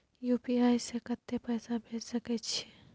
UPI से कत्ते पैसा भेज सके छियै?